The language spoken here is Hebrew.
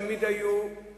תמיד היו התייקרויות,